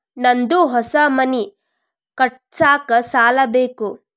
ನಂದು ಹೊಸ ಮನಿ ಕಟ್ಸಾಕ್ ಸಾಲ ಬೇಕು